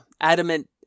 adamant